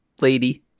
lady